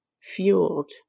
fueled